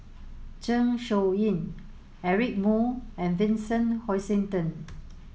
Zeng Shouyin Eric Moo and Vincent Hoisington